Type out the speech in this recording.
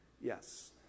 Yes